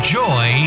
joy